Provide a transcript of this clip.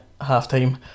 half-time